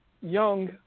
young